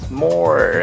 more